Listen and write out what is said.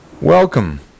Welcome